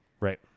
Right